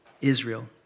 Israel